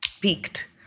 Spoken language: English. peaked